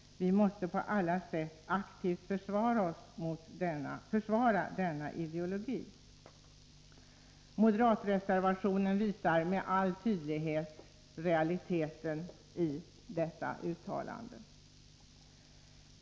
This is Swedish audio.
Vi måste på alla sätt aktivt försvara denna ideologi.” Moderatreservationen visar med all tydlighet realiteten i detta uttalande.